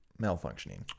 malfunctioning